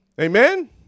Amen